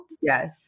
Yes